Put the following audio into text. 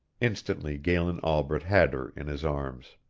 instantly galen albret had her in his arms.